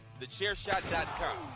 TheChairShot.com